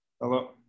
Hello